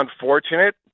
unfortunate